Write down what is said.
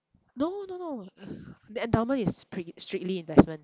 no no no the endowment is pre~ strictly investment